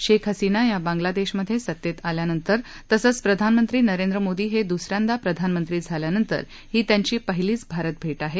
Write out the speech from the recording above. शेख हसिना या बांगलादेशमधे सत्तेत आल्यानंतर तसंच प्रधानमंत्री नरेंद्र मोदी हे दुस यांदा प्रधानमंत्री झाल्यानंतर ही त्यांची पहिलीच भारत भेट आहे